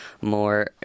more